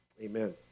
amen